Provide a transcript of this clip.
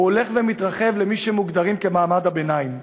והוא הולך ומתרחב וכולל את מי שמוגדרים מעמד הביניים.